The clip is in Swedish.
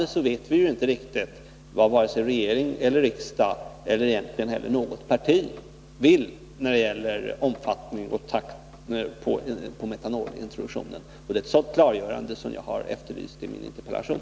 F. n. vet egentligen inte vare sig regeringen, riksdagen eller något parti vad man vill när det gäller omfattningen och takten i metanolintroduktionen. Det är ett sådant klargörande som jag har efterlyst i min interpellation.